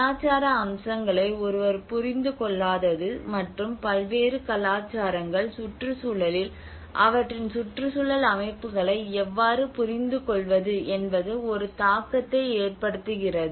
கலாச்சார அம்சங்களை ஒருவர் புரிந்து கொள்ளாதது மற்றும் பல்வேறு கலாச்சாரங்கள் சுற்றுச்சூழலில் அவற்றின் சுற்றுச்சூழல் அமைப்புகளை எவ்வாறு புரிந்துகொள்வது என்பது ஒரு தாக்கத்தை ஏற்படுத்துகிறது